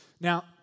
Now